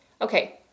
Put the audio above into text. Okay